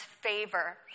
favor